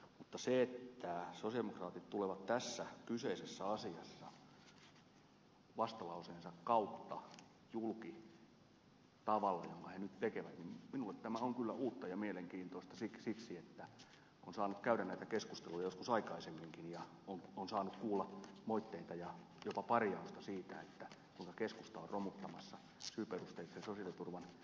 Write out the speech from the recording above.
mutta se että sosialidemokraatit tulevat tässä kyseisessä asiassa vastalauseensa kautta julki tavalla jolla he nyt sen tekevät on kyllä minulle uutta ja mielenkiintoista siksi että on saanut käydä näitä keskusteluja joskus aikaisemminkin ja on saanut kuulla moitteita ja jopa parjausta siitä kuinka keskusta on romuttamassa syyperusteisen sosiaaliturvan perusrakenteita ja perusperiaatteita